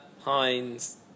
Heinz